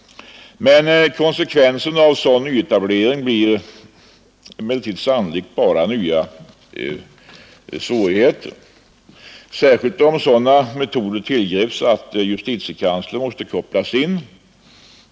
Konsekvensen av sådan nyetablering blir emellertid sannolikt bara nya svårigheter, särskilt om sådana metoder tillgrips, att justitiekanslern måste kopplas in.